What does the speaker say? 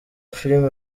filime